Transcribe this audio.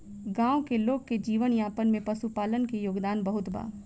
गाँव के लोग के जीवन यापन में पशुपालन के योगदान बहुत बा